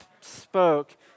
spoke